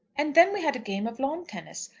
and then we had a game of lawn-tennis.